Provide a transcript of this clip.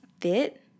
fit